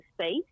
space